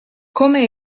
come